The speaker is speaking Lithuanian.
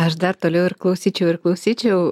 aš dar toliau ir klausyčiau ir klausyčiau